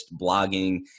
blogging